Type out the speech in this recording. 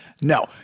No